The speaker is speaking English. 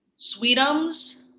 sweetums